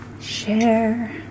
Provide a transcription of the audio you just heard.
Share